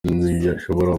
ntibashobora